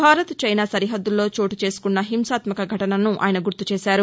Bharat China సరిహద్దల్లో చోటుచేసుకున్న హింసాత్మక ఘటననను ఆయన గుర్తుచేశారు